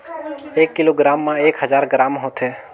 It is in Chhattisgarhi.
एक किलोग्राम म एक हजार ग्राम होथे